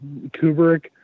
Kubrick